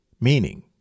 meaning